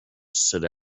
sit